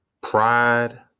Pride